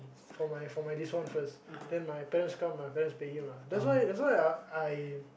for my for my this one first then my parents come my parents pay him ah that's why that's why uh I